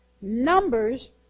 Numbers